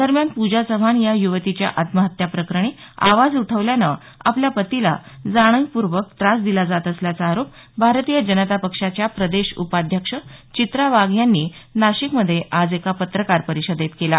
दरम्यान पूजा चव्हाण या युवतीच्या आत्महत्या प्रकरणी आवाज उठवल्यानं आपल्या पतीला जाणीवपूर्वक त्रास दिला जात असल्याचा आरोप भारतीय जनता पक्षाच्या प्रदेश उपाध्यक्ष चित्रा वाघ यांनी नाशिकमध्ये आज एका पत्रकार परिषदेत केला